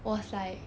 was like